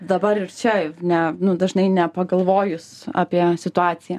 dabar ir čia ne nu dažnai nepagalvojus apie situaciją